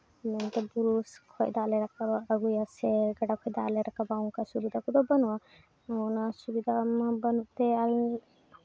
ᱵᱩᱨᱩ ᱠᱷᱚᱡ ᱫᱟᱜ ᱞᱮ ᱨᱟᱠᱟᱵᱟ ᱥᱮ ᱟᱹᱜᱩᱭᱟ ᱥᱮ ᱜᱟᱰᱟ ᱠᱷᱚᱡ ᱫᱟᱜ ᱞᱮ ᱨᱟᱠᱟᱵᱟ ᱚᱱᱠᱟ ᱥᱩᱵᱤᱫᱟ ᱠᱚᱫᱚ ᱵᱟᱹᱱᱩᱜᱼᱟ ᱚᱱᱟ ᱥᱩᱵᱤᱫᱟ ᱢᱟ ᱵᱟᱹᱱᱩᱜ ᱛᱮ ᱟᱞᱮ